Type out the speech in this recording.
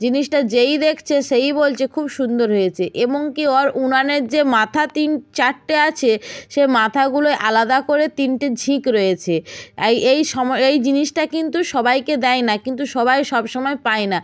জিনিসটা যেই দেখছে সেই বলছে খুব সুন্দর হয়েছে এবং কি ওর উনানের যে মাথা তিন চারটে আছে সে মাথাগুলোয় আলাদা করে তিনটে ঝিক রয়েছে এই জিনিসটা কিন্তু সবাইকে দেয় না কিন্তু সবাই সবসময় পায় না